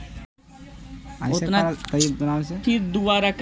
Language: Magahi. संदर्भ दर के बारे में अखबार में जानकारी आवित रह हइ